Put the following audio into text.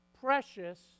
precious